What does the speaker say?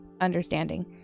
understanding